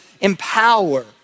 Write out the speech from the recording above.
empower